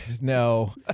no